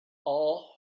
all